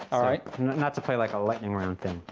all right. not to play like a lightning round thing,